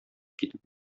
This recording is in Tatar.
китеп